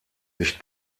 nicht